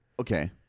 Okay